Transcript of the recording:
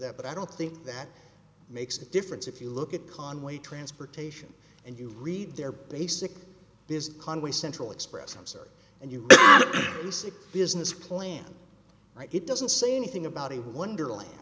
that but i don't think that makes a difference if you look at conway transportation and you read their basic business conway central express i'm sorry and you business plan right it doesn't say anything about a wonder